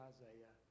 Isaiah